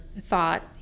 Thought